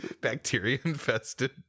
bacteria-infested